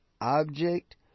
object